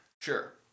Sure